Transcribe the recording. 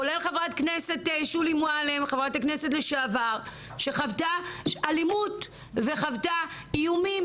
כולל חברת כנסת לשעבר שולי מועלם שחוותה אלימות וחוותה איומים.